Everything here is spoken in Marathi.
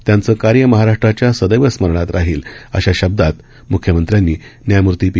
त्यांचं कार्य महाराष्ट्राच्या सदैव स्मरणात राहील अशा शब्दांत म्ख्यमंत्र्यांनी न्यायमूर्ती पी